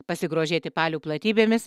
pasigrožėti palių platybėmis